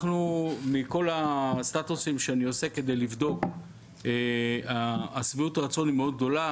מכל הסטטוסים שאני עושה כדי לבדוק שביעות הרצון מאוד גדולה,